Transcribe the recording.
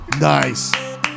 nice